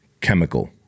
chemical